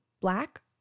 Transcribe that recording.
black